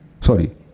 sorry